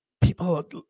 people